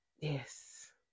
Yes